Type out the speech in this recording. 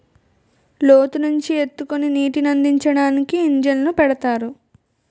లోతు నుంచి ఎత్తుకి నీటినందించడానికి ఇంజన్లు పెడతారు